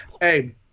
Hey